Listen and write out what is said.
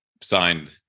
signed